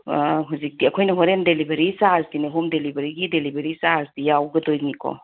ꯍꯨꯖꯤꯛꯀꯤ ꯑꯩꯈꯣꯏꯅ ꯍꯣꯔꯦꯟ ꯗꯦꯂꯤꯕꯔꯤ ꯆꯥꯔꯖꯀꯤꯅꯦ ꯍꯣꯝ ꯗꯦꯂꯤꯕꯔꯤꯒꯤ ꯗꯦꯂꯤꯕꯔꯤ ꯆꯥꯔꯖꯇꯤ ꯌꯥꯎꯒꯗꯣꯏꯅꯤꯀꯣ